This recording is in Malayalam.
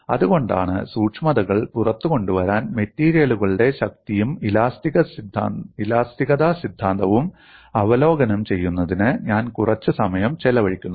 അതുകൊണ്ടാണ് സൂക്ഷ്മതകൾ പുറത്തുകൊണ്ടുവരാൻ മെറ്റീരിയലുകളുടെ ശക്തിയും ഇലാസ്തികത സിദ്ധാന്തവും അവലോകനം ചെയ്യുന്നതിന് ഞാൻ കുറച്ച് സമയം ചിലവഴിക്കുന്നത്